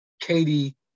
Katie